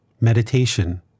Meditation